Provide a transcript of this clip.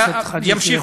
חבר הכנסת חאג' יחיא.